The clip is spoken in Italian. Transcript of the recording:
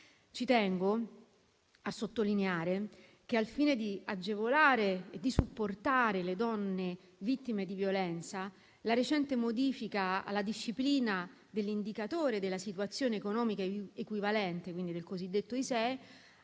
Ci tengo a sottolineare che, al fine di agevolare e di supportare le donne vittime di violenza, la recente modifica alla disciplina dell'Indicatore della situazione economica equivalente, cosiddetto ISEE,